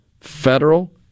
federal